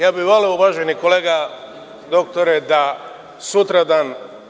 Ja bi voleo, uvaženi kolega, doktore, da sutradan…